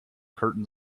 curtain